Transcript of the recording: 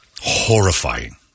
Horrifying